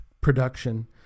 production